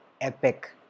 epic